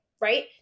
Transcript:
right